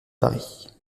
paris